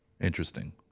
Interesting